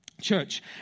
church